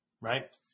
right